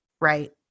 right